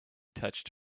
touched